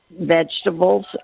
vegetables